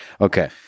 Okay